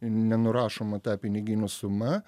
nenurašoma ta piniginių suma